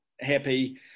happy